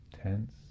tense